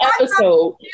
episode